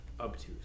obtuse